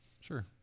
sure